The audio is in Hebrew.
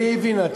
הנה, היא הבינה.